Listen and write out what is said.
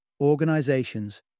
Organizations